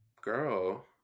girl